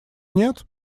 нет